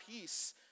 peace